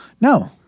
No